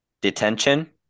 Detention